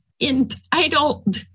entitled